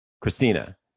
Christina